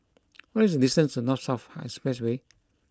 what is the distance to North South Expressway